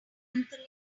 anthony